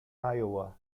iowa